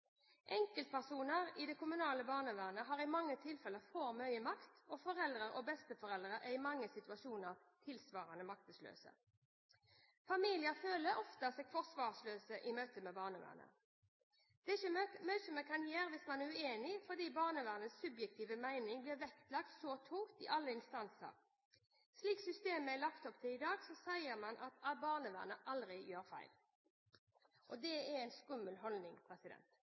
Enkeltpersoner i det kommunale barnevernet har i mange tilfeller for mye makt, og foreldre og besteforeldre er i mange situasjoner tilsvarende maktesløse. Familier føler seg ofte forsvarsløse i møte med barnevernet. Det er ikke mye man kan gjøre hvis man er uenig, fordi barnevernets subjektive mening blir vektlagt tungt i alle instanser. Slik systemet er lagt opp i dag, sier man at barnevernet aldri gjør feil. Det er en skummel holdning.